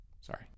Sorry